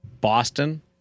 Boston